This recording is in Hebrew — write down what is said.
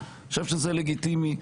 אני חושב שזה לגיטימי,